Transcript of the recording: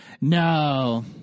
no